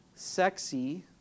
sexy